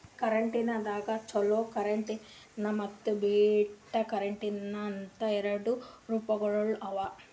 keratin ದಾಗ್ alpha keratin ಮತ್ತ್ beta keratin ಅಂತ್ ಎರಡು ರೂಪಗೊಳ್ ಅವಾ